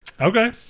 Okay